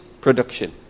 production